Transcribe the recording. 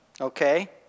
okay